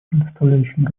предоставляющим